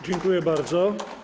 Dziękuję bardzo.